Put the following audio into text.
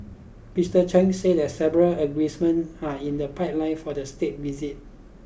Mister Chen said that several agreements are in the pipeline for the state visit